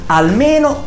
almeno